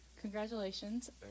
congratulations